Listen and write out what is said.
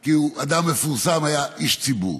כי הוא אדם מפורסם, היה איש ציבור.